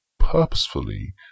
Purposefully